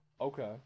Okay